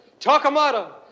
Takamata